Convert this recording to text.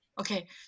Okay